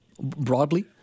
broadly